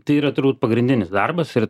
tai yra turbūt pagrindinis darbas ir